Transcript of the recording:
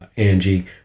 Angie